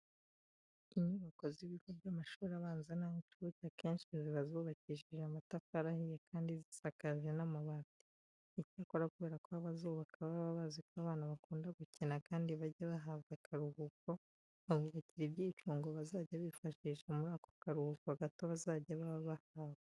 Inyubako z'ibigo by'amashuri abanza n'ay'incuke akenshi ziba zubakishije amatafari ahiye kandi zisakaje n'amabati. Icyakora kubera ko abazubaka baba bazi ko abana bakunda gukina kandi bajya bahabwa akaruhuko, babubakira ibyicungo bazajya bifashisha muri ako karuhuko gato bazajya baba bahawe.